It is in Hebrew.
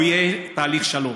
יהיה תהליך שלום,